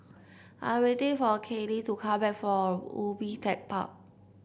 I'm waiting for Kailee to come back from Ubi Tech Park